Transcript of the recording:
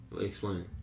Explain